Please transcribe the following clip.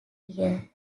year